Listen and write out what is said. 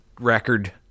record